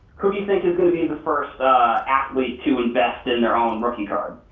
who do you think is gonna be the first athlete to invest in their own rookie card?